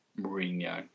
Mourinho